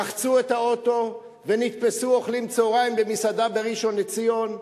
רחצו את האוטו ונתפסו אוכלים צהריים במסעדה בראשון-לציון,